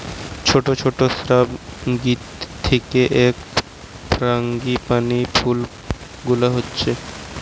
ছোট ছোট শ্রাব থিকে এই ফ্রাঙ্গিপানি ফুল গুলা হচ্ছে